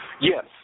Yes